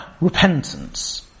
repentance